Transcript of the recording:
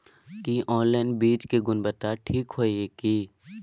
की online बीज के गुणवत्ता ठीक होय ये की?